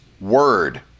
word